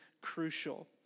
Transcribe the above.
crucial